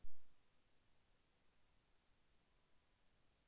KYC తో bank ఋణం నవీకరణ చేస్తారా?